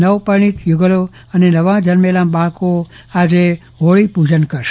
નવું પરિણય યુગલ અને નવા જન્મેલા બાળકો આજે હોળી પૂજન કરશે